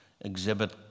exhibit